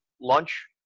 lunch